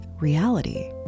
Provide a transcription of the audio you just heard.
Reality